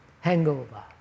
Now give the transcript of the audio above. hangover